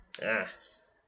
Yes